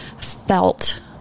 felt